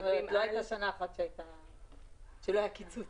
לא הייתה שנה אחת שבה לא היה קיצוץ.